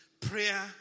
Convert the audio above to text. Prayer